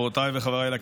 התקבלה בקריאה ראשונה,